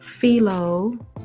Philo